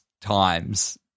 times